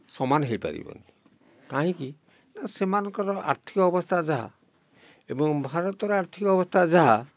ସମାନ ହେଇପାରିବନି କାହିଁକି ନା ସେମାନଙ୍କର ଆର୍ଥିକ ଅବସ୍ଥା ଯାହା ଏବଂ ଭାରତର ଆର୍ଥିକ ଅବସ୍ଥା ଯାହା